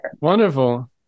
Wonderful